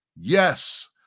Yes